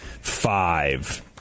Five